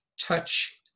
touch